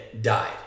died